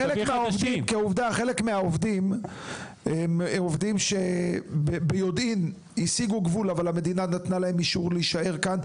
חלק מהעובדים הסיגו גבול ביודעין אבל המדינה נתנה להם אישור להישאר כאן.